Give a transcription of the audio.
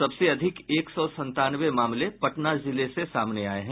सबसे अधिक एक सौ संतानवे मामले पटना जिले से सामने आये हैं